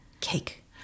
cake